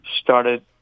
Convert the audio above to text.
started